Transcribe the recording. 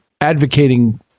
advocating